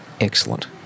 excellent